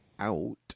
out